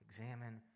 examine